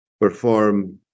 perform